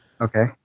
Okay